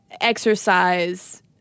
exercise